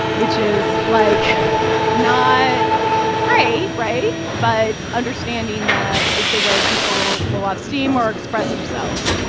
which is like not great right? but understanding that it's a way people blow off steam or express themselves.